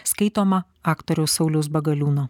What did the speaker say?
skaitoma aktoriaus sauliaus bagaliūno